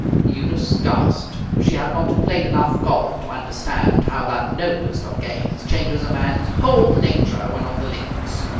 eunice gasped. she had not played enough golf to understand how that noblest of games changes a man's whole nature when on the links.